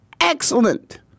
excellent